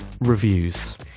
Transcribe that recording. reviews